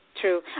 true